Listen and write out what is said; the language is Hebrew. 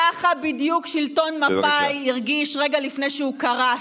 ככה בדיוק שלטון מפא"י הרגיש רגע לפני שהוא קרס,